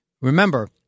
remember